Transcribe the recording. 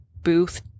booth